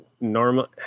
normally